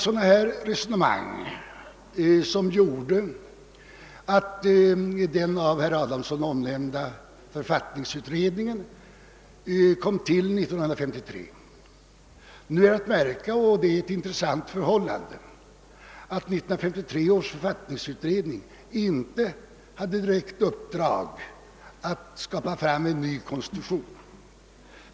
Sådana resonemang gjorde att författningsutredningen tillkom 1953. Nu är att märka — och det är ett intressant förhållande — att 1953 års författningsutredning inte hade ett direkt uppdrag att skapa en ny konstitution.